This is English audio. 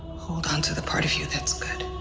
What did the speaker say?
hold onto the part of you that's good.